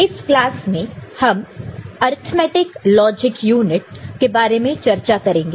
इस क्लास में हम अर्थमैटिक लॉजिक यूनिट के बारे में चर्चा करेंगे